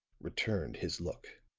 returned his look.